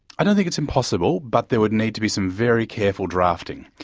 i don't think it's impossible, but there would need to be some very careful drafting.